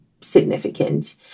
significant